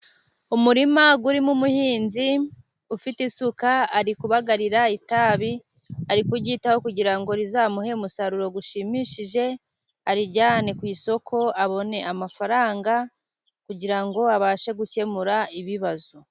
Umurima urimo umuhinzi ufite isuka, ari kubagarira itabi, ari kuryitaho kugira ngo rizamuhe umusaruro ushimishije arijyane ku isoko abone amafaranga, kugira ngo abashe gukemura ibibazo.